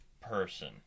person